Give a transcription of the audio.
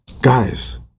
Guys